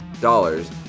dollars